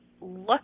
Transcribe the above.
look